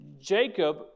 Jacob